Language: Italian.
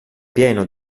pieno